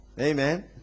amen